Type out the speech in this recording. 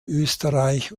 österreich